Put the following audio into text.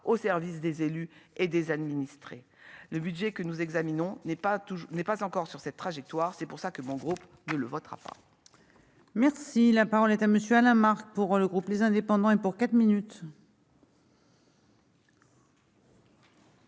au service des élus et des administrés le budget que nous examinons n'est pas tout n'est pas encore sur cette trajectoire, c'est pour ça que mon groupe le votera pas.